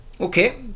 Okay